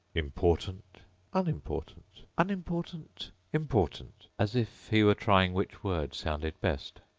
important unimportant unimportant important as if he were trying which word sounded best.